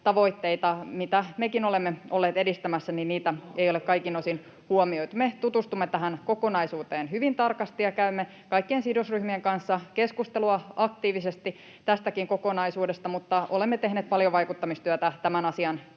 tavoitteita, joita mekin olemme olleet edistämässä, ei ole kaikin osin huomioitu. Me tutustumme tähän kokonaisuuteen hyvin tarkasti ja käymme kaikkien sidosryhmien kanssa keskustelua aktiivisesti tästäkin kokonaisuudesta, mutta olemme tehneet paljon vaikuttamistyötä tämän asian